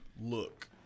look